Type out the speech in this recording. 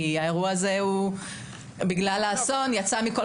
כי בגלל האסון האירוע הזה יצא מכל